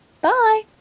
Bye